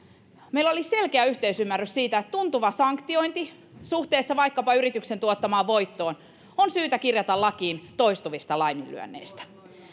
meillä oli selkeä yhteisymmärrys siitä että tuntuva sanktiointi suhteessa vaikkapa yrityksen tuottamaan voittoon on syytä kirjata lakiin toistuvista laiminlyönneistä